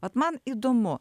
vat man įdomu